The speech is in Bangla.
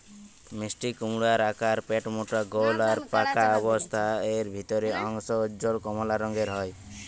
মিষ্টিকুমড়োর আকার পেটমোটা গোল আর পাকা অবস্থারে এর ভিতরের অংশ উজ্জ্বল কমলা রঙের হয়